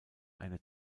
eine